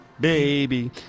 Baby